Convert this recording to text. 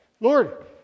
Lord